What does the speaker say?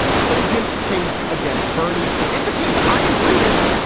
cogent case against bernie. it's a case i agree with.